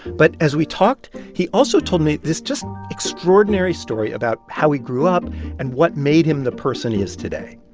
but as we talked, he also told me this just extraordinary story about how he grew up and what made him the person he is today.